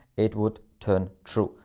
it would turn true.